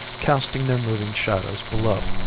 casting their moving shadows below.